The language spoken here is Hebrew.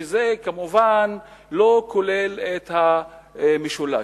שזה כמובן לא כולל את המשולש.